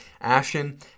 Ashen